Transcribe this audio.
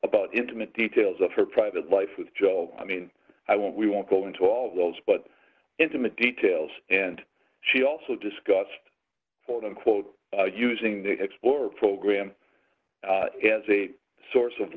about intimate details of her private life with joe i mean i won't we won't go into all those but intimate details and she also discussed for them quote using the explorer program as a source of